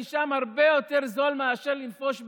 כי שם הרבה יותר זול מאשר לנפוש בארץ.